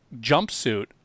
jumpsuit